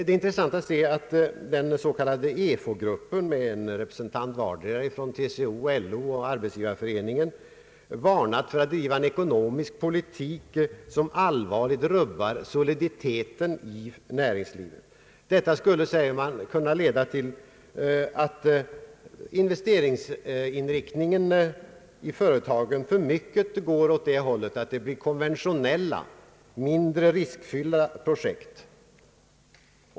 Det är intressant att se att den s.k. EFO-gruppen med en representant från vardera TCO, LO och Arbetsgivareföreningen varnat för en ekonomisk politik som allvarligt rubbar soliditeten i näringslivet. Den skulle, säger man, kunna leda till att investeringsinriktningen i företagen i alltför stor utsträckning blir sådan att den avser konventionella, mindre riskfyllda projekt.